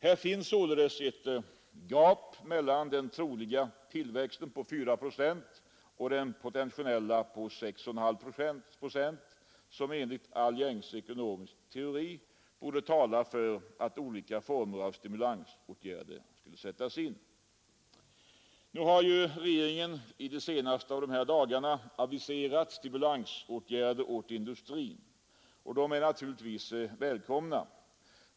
Här finns sålunda ett gap mellan den troliga tillväxten på 4 procent och den potentiella tillväxten på 6,5 procent, som enligt all gängse ekonomisk teori borde tala för att olika former av stimulansåtgärder sättes in. Som bekant har regeringen nu under de senaste dagarna aviserat stimulansåtgärder åt industrin, och de är naturligtvis välkomna.